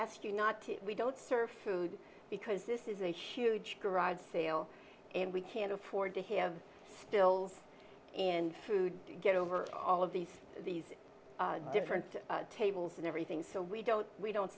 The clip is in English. ask you not to we don't serve food because this is a huge garage sale and we can't afford to have skills and food get over all of these these different tables and everything so we don't we don't